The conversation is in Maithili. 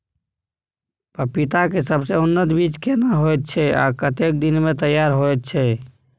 पपीता के सबसे उन्नत बीज केना होयत छै, आ कतेक दिन में तैयार होयत छै?